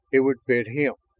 it would fit him,